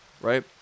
right